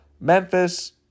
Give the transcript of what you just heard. Memphis